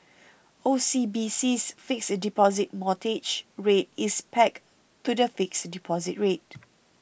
OCBC's Fixed Deposit Mortgage Rate is pegged to the fixed deposit rate